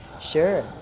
Sure